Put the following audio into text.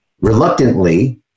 reluctantly